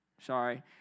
Sorry